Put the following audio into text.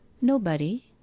Nobody